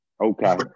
Okay